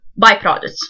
byproducts